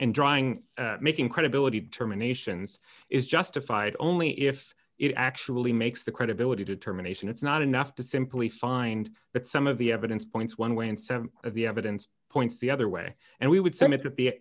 d drying making credibility determinations is justified only if it actually makes the credibility determination it's not enough to simply find that some of the evidence points one way instead of the evidence points the other way and we would send it to be